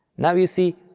now you see,